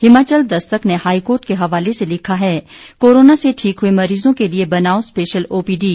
हिमाचल दस्तक ने हाईकोर्ट के हवाले से लिखा है कोरोना से ठीक हुए मरीजों के लिए बनाओ स्पेशल ओपीडी